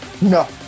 no